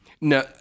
No